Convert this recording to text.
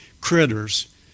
critters